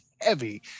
heavy